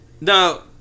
Now